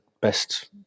best